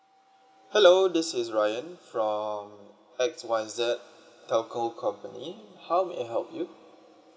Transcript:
hello this is ryan from X Y Z telco company how may I help you